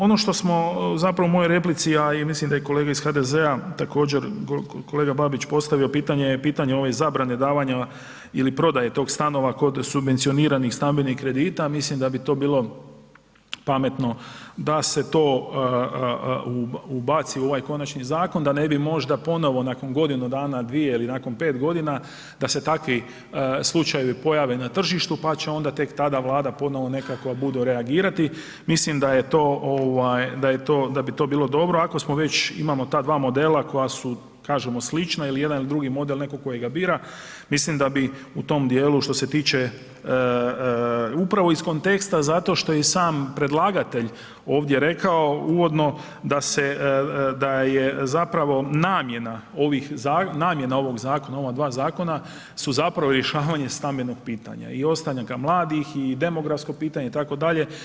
Ono što smo zapravo u mojoj replici, a i mislim da i kolege iz HDZ-a također kolega Babić postavio pitanje, je pitanje ove zabrane davanja ili prodaje tog stanova kod subvencioniranih stambenih kredita, mislim da bi to bilo pametno da se to ubaci u ovaj konačni zakon da ne bi možda ponovo nakon godinu dana, dvije ili nakon 5 godina da se takvi slučajevi pojave na tržištu, pa će onda tak tada Vlada ponovno nekako budu reagirati, mislim da je to ovaj, da bi to bilo dobro ako smo već, imamo ta dva modela koja su kažemo slična ili jedan ili drugi model netko koji ga bira, mislim da bi u tom dijelu što se tiče, upravo iz konteksta zato što i sam predlagatelj ovdje rekao uvodno da se, da je zapravo namjena ovih, namjena ovog, ova dva zakona su zapravo rješavanje stambenog pitanja i ostanka mladih i demografsko pitanja itd.